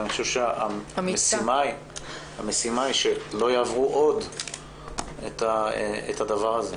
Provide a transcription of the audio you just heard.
ואני חושב שהמשימה היא שלא יעברו עוד את הדבר הזה.